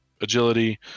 agility